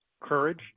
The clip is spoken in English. courage